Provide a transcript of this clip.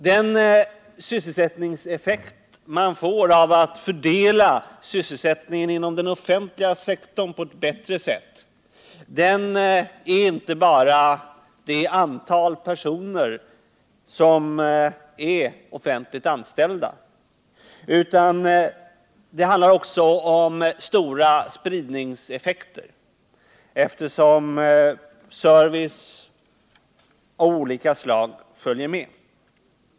Den sysselsättningseffekt man får av att fördela sysselsättningen inom den offentliga sektorn på ett bättre sätt ger också stora spridningseffekter, eftersom service av olika slag följer med.